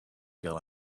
girl